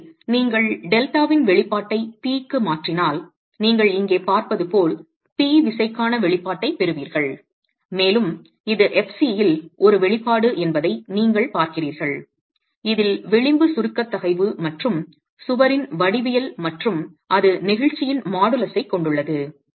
எனவே நீங்கள் டெல்டாவின் வெளிப்பாட்டை P க்கு மாற்றினால் நீங்கள் இங்கே பார்ப்பது போல் P விசைக்கான வெளிப்பாட்டைப் பெறுவீர்கள் மேலும் இது fc இல் ஒரு வெளிப்பாடு என்பதை நீங்கள் பார்க்கிறீர்கள் இதில் விளிம்பு சுருக்க தகைவு மற்றும் சுவரின் வடிவியல் மற்றும் அது நெகிழ்ச்சியின் மாடுலஸைக் கொண்டுள்ளது